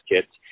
kits